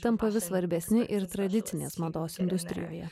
tampa vis svarbesni ir tradicinės mados industrijoje